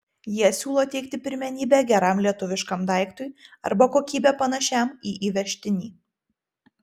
jie siūlo teikti pirmenybę geram lietuviškam daiktui arba kokybe panašiam į įvežtinį